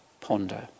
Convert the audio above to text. ponder